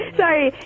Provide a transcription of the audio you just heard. sorry